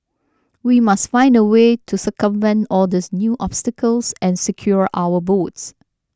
we must find a way to circumvent all these new obstacles and secure our votes